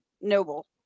Noble